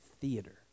theater